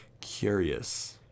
curious